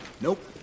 Nope